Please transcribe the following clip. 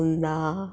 कुंदा